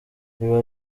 biba